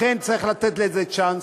לכן צריך לתת לזה צ'אנס.